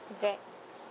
that